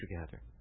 together